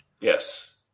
Yes